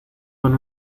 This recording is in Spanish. con